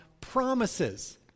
promises